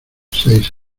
seis